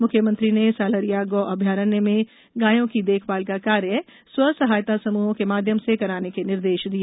मुख्यमंत्री ने सालरिया गो अभ्यारण्य में गायों की देखभाल का कार्य स्व सहायता समूहों के माध्यम से कराने के निर्देश दिए